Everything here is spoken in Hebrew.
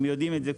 הם יודעים את זה.